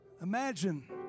Imagine